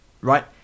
Right